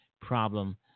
problem